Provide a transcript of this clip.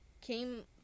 came